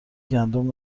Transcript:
گندم